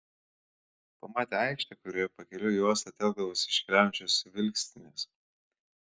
pamatė aikštę kurioje pakeliui į uostą telkdavosi iškeliaujančios vilkstinės